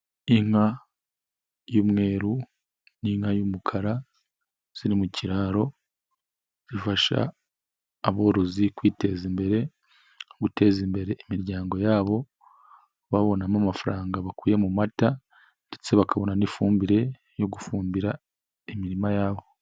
Inka y'umweru n'inka y'umukara ziri mu kiraro bifasha aborozi kwiteza imbere no guteza imbere imiryango yabo, babonamo amafaranga bakuye mu mata ndetse bakabona n'ifumbire yo gufumbira imirima yabo.